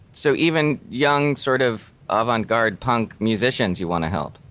so even young, sort of avant garde, punk musicians you want to help?